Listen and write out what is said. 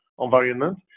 environment